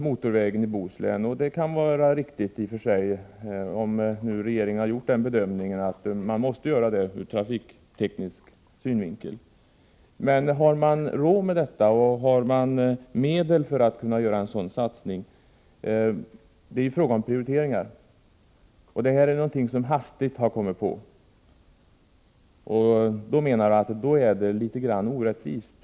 Motorvägen genom Bohuslän kan i och för sig vara en riktig satsning, om nu regeringen gör den bedömningen att den måste genomföras ur trafikteknisk synvinkel, men har man medel för att göra en sådan satsning? Det är en fråga om prioriteringar, och det gäller något som hastigt har kommit på. Jag menar att man här handlar litet grand orättvist.